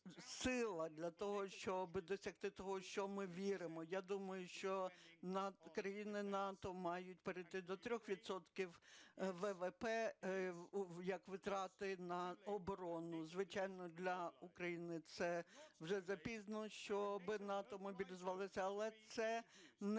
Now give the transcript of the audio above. Я думаю, що країни НАТО мають перейти до 3 відсотків ВВП як витрати на оборону. Звичайно, для України це вже запізно, щоби НАТО мобілізувалося.